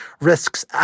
risks